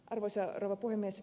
arvoisa rouva puhemies